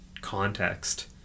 context